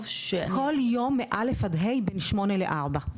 שאני -- כל יום מ-א' עד ה' בין שמונה לארבע,